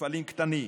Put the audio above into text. מפעלים קטנים,